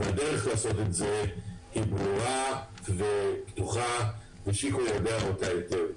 והדרך לעשות את זה היא ברורה ופתוחה ושיקו יודע אותה היטב.